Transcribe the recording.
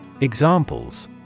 Examples